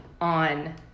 on